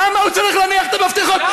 למה הוא צריך להניח את המפתחות?